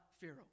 Pharaoh